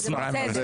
אני אשמח.